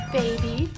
baby